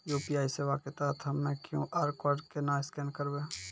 UPI सेवा के तहत हम्मय क्यू.आर कोड केना स्कैन करबै?